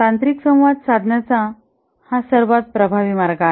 तांत्रिक संवाद साधण्याचा हा सर्वात प्रभावी मार्ग आहे